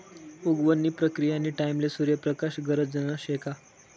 उगवण नी प्रक्रीयानी टाईमले सूर्य प्रकाश गरजना शे का